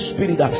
Spirit